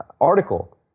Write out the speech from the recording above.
article